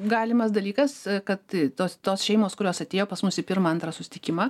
galimas dalykas kad tos tos šeimos kurios atėjo pas mus į pirmą antrą susitikimą